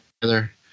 together